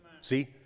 See